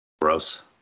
Gross